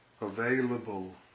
available